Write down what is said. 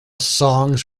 songs